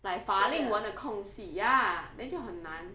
like 法令纹的空隙 ya then 就很难